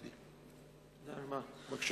נדמה לי.